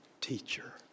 teacher